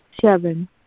Seven